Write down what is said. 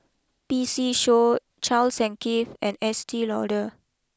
P C show Charles and Keith and Estee Lauder